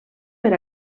per